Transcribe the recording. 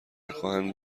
خواهند